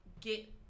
get